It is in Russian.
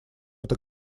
это